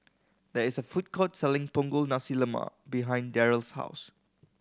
there is a food court selling Punggol Nasi Lemak behind Daryl's house